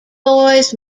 boys